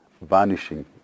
vanishing